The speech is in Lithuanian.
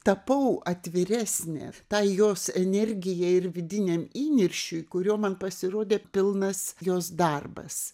tapau atviresnė tai jos energijai ir vidiniam įniršiui kurio man pasirodė pilnas jos darbas